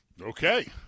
Okay